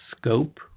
scope